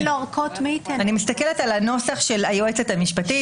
היועצת המשפטית.